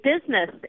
business